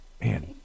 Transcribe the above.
man